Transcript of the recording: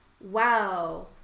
wow